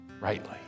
rightly